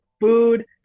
food